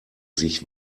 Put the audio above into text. sich